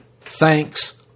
thanks